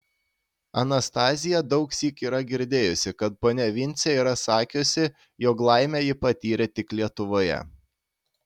anastazija daugsyk yra girdėjusi kad ponia vincė yra sakiusi jog laimę ji patyrė tik lietuvoje